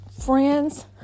friends